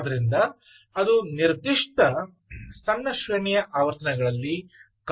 ಆದ್ದರಿಂದ ಅದು ನಿರ್ದಿಷ್ಟ ಸಣ್ಣ ಶ್ರೇಣಿಯ ಆವರ್ತನಗಳಲ್ಲಿ ಕಾರ್ಯನಿರ್ವಹಿಸುತ್ತದೆ